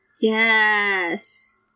Yes